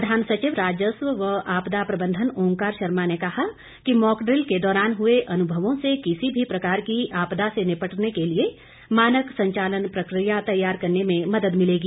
प्रधान सचिव राजस्व व आपदा प्रबंधन ओंकार शर्मा ने कहा कि मॉकड्रिल के दौरान हुए अनुभवों से किसी भी प्रकार की आपदा से निपटने के लिए मानक संचालन प्रक्रिया तैयार करने में मदद मिलेगी